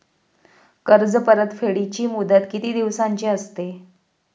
कर्ज परतफेडीची मुदत किती दिवसांची असते?